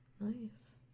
Nice